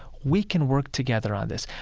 we can work together on this.